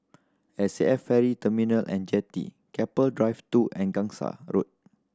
S A F Ferry Terminal And Jetty Keppel Drive Two and Gangsa Road